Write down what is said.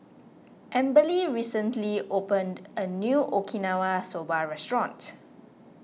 Amberly recently opened a New Okinawa Soba Restaurant